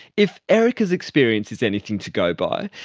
if erica's experience is anything to go by,